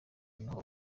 n’aho